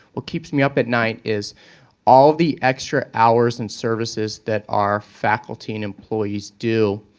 what keeps me up at night is all of the extra hours and services that our faculty and employees do,